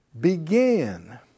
began